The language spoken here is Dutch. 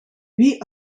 wie